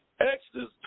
Exodus